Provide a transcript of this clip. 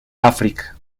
áfrica